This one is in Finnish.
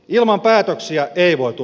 ilman päätöksiä ei voitu